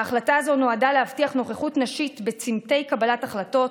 ההחלטה הזו נועדה להבטיח נוכחות נשית בצומתי קבלת החלטות,